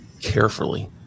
carefully